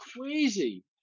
crazy